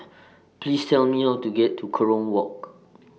Please Tell Me How to get to Kerong Walk